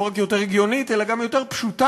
לא רק יותר הגיונית אלא גם יותר פשוטה,